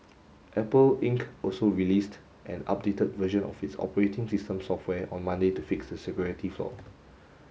Apple Inc also released an updated version of its operating system software on Monday to fix the security flaw